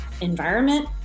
environment